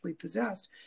possessed